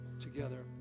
together